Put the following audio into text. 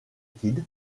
kid